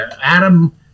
Adam